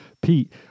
pete